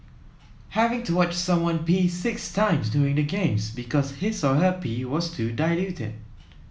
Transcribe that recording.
having to watch someone pee six times during the Games because his or her pee was too diluted